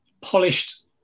Polished